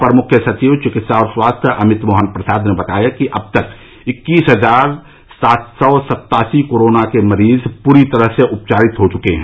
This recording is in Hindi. अपर मुख्य सचिव चिकित्सा और स्वास्थ्य अमित मोहन प्रसाद ने बताया कि अब तक इक्कीस हजार सात सौ सत्तासी कोरोना के मरीज पूरी तरह से उपचारित हो चुके हैं